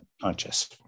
conscious